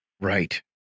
Right